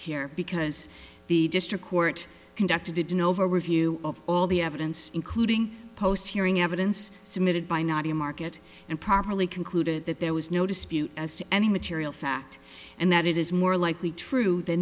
here because the district court conducted it in over a review of all the evidence including post hearing evidence submitted by not a market and properly concluded that there was no dispute as to any material fact and that it is more likely true th